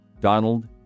Donald